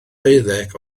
deuddeg